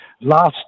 last